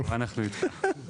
אבל אנחנו איתך.